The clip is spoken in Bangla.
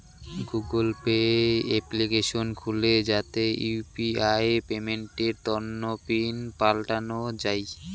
গুগল পে এপ্লিকেশন খুলে যাতে ইউ.পি.আই পেমেন্টের তন্ন পিন পাল্টানো যাই